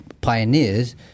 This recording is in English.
pioneers